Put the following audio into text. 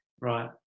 Right